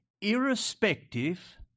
irrespective